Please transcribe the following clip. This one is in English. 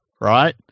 right